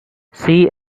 see